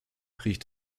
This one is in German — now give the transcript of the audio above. riecht